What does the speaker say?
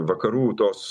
vakarų tos